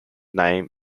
name